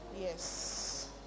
yes